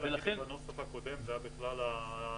--- אם בנוסח הקודם זה היה בכלל ההגדרה